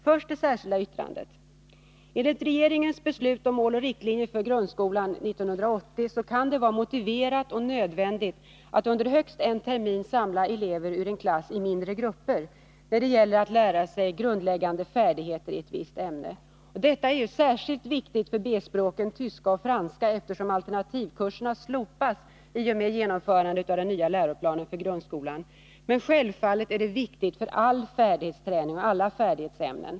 Först det särskilda yttrandet: Enligt regeringens beslut om Mål och riktlinjer för grundskolan 1980 kan det vara motiverat och nödvändigt att under högst en termin samla elever ur en klass i mindre grupper, när det gäller att skaffa sig grundläggande färdigheter i ett visst ämne. Detta är särskilt viktigt för B-språken tyska och franska, eftersom alternativkurserna slopas i och med genomförandet av den nya läroplanen för grundskolan, men självfallet är det också viktigt för all färdighetsträning och alla färdighetsämnen.